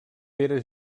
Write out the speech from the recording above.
pere